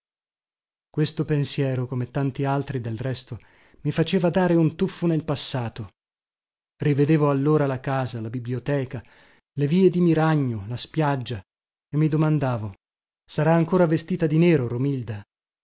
questo pensiero come tanti altri del resto mi faceva dare un tuffo nel passato rivedevo allora la casa la biblioteca le vie di miragno la spiaggia e mi domandavo sarà ancora vestita di nero romilda